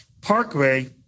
Parkway